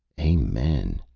amen.